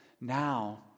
now